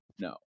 No